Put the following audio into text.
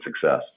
success